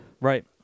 Right